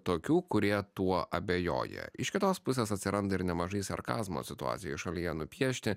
tokių kurie tuo abejoja iš kitos pusės atsiranda ir nemažai sarkazmo situacijų šalyje nupiešti